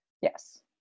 Yes